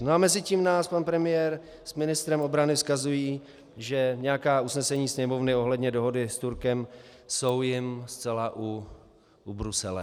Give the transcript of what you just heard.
A mezitím nám pan premiér s ministrem obrany vzkazují, že nějaká usnesení Sněmovny ohledně dohody s Turkem jsou jim zcela u... u Brusele.